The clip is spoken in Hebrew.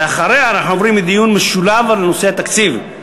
ואחריה אנחנו עוברים לדיון משולב על נושא התקציב,